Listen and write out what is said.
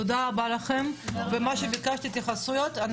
תודה רבה לכם ומה שביקשתי התייחסויות,